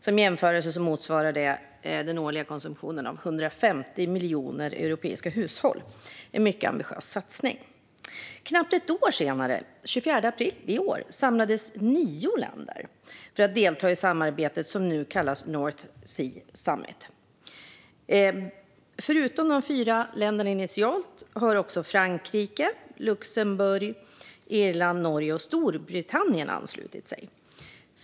Som en jämförelse motsvarar det den årliga konsumtionen för 150 miljoner europeiska hushåll. Det är en mycket ambitiös satsning. Knappt ett år senare, den 24 april i år, samlades nio länder för att delta i samarbetet som nu kallas North Sea Summit. Förutom de fyra länderna som var med initialt har också Frankrike, Luxemburg, Irland, Norge och Storbritannien anslutit sig.